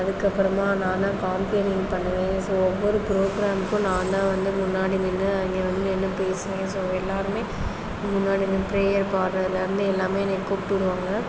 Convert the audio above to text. அதுக்கு அப்புறமாக நான் தான் காம்பியரிங் பண்ணுவேன் ஸோ ஒவ்வொரு ப்ரோக்ராமுக்கும் நான் தான் வந்து முன்னாடி நின்று இங்கே வந்து என்ன பேசுவீங்கனு சொல்லி எல்லோருமே முன்னாடி நின்று பிரேயர் பாடறதில் இருந்து எல்லாமே என்னைய கூப்பிடு விடுவாங்க